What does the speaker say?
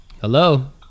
Hello